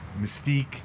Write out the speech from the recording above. Mystique